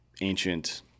ancient